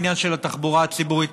העניין של התחבורה הציבורית.